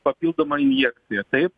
papildoma injekcija taip